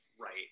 right